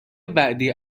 وعده